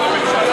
הצעת